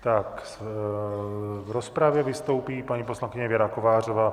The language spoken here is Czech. V rozpravě vystoupí paní poslankyně Věra Kovářová.